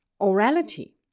orality